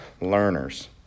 learners